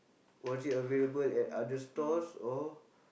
was it available at other stores or